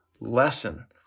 lesson